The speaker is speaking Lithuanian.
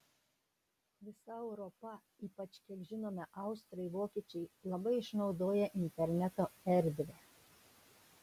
visa europa ypač kiek žinome austrai vokiečiai labai išnaudoja interneto erdvę